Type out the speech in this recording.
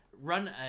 run